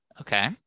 Okay